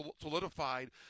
solidified